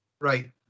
Right